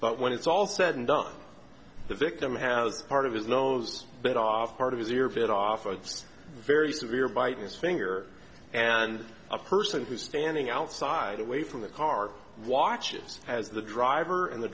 but when it's all said and done the victim has part of his nose bit off part of his ear bit off it's very severe biting his finger and a person who's standing outside away from the car watches as the driver and the